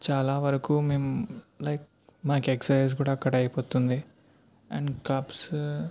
చాలా వరకు మేము లైక్ మాకు ఎక్ససైజ్ కూడా అక్కడ అయిపోతుంది అండ్ క్లబ్స్